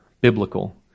biblical